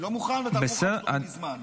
אני לא מוכן ואתה אמור להוסיף לי זמן.